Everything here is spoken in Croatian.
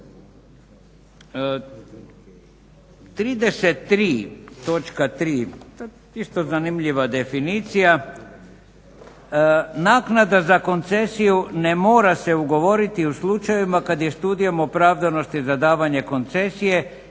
naknada za koncesiju ne mora se ugovoriti u slučajevima kada je studijom opravdanosti za davanje koncesije